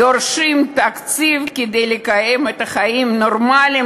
דורשים תקציב כדי לקיים חיים נורמליים,